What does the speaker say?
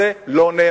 זו לא נאמנות.